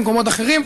במקומות אחרים,